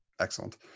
Excellent